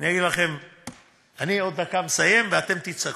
אני אגיד לכם "אני עוד דקה מסיים" ואתם תצעקו.